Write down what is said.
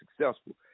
successful